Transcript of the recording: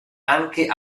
anche